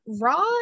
Raw